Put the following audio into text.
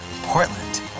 Portland